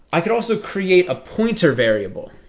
i could also create a pointer variable